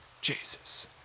Jesus